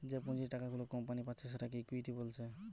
যে পুঁজির টাকা গুলা কোম্পানি পাচ্ছে সেটাকে ইকুইটি বলছে